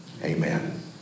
amen